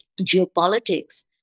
geopolitics